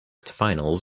finals